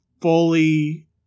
fully